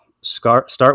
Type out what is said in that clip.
start